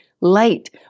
light